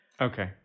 okay